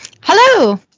hello